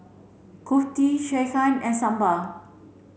Kulfi Sekihan and Sambar